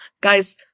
Guys